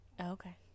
Okay